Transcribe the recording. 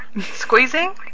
Squeezing